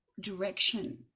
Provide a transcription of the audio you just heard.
direction